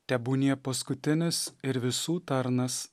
tebūnie paskutinis ir visų tarnas